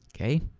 okay